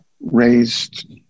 raised